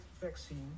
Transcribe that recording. vaccine